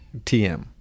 Tm